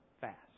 fast